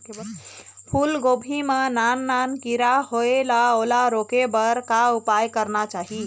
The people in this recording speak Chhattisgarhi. फूलगोभी मां नान नान किरा होयेल ओला रोके बर का उपाय करना चाही?